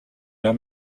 der